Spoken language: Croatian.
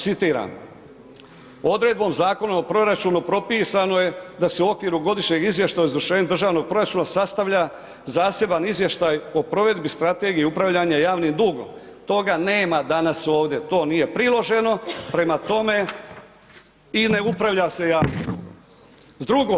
Citiram, odredbom Zakona o proračunu propisano je da se u okviru godišnjeg izvještaja o izvršenju državnog proračuna sastavlja zaseban izvještaj o provedbi strategije upravljanja javnim dugom, toga nema danas ovdje, to nije priloženo, prema tome i ne upravlja se javnim dugom.